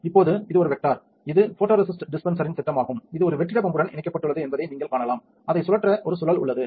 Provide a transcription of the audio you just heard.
இப்போது இது வெக்டார் இது ஃபோட்டோரெசிஸ்ட் டிஸ்பென்சரின் திட்டமாகும் இது ஒரு வெற்றிட பம்புடன் இணைக்கப்பட்டுள்ளது என்பதை நீங்கள் காணலாம் அதை சுழற்ற ஒரு சுழல் உள்ளது